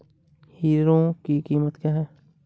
Hero की कीमत क्या है?